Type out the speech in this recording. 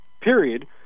period